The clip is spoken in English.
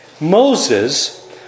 Moses